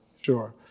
Sure